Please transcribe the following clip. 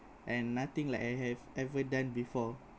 and nothing like I have ever done before